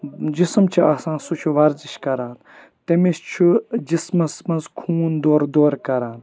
جِسم چھُ آسان سُہ چھُ ورزِش کَران تٔمِس چھُ جِسمَس منٛز خوٗن دورٕ دورٕ کَران